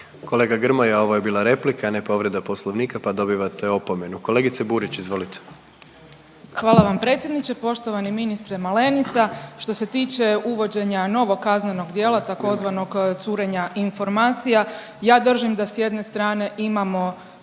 Kolega Grmoja ovo je bila replika, a ne povreda Poslovnika, pa dobivate opomenu. Kolegice Burić izvolite. **Burić, Majda (HDZ)** Hvala vam predsjedniče. Poštovani ministre Malenica, što se tiče uvođenja novog kaznenog djela tzv. curenja informacija, ja držim da s jedne strane imamo